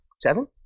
Seven